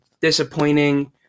disappointing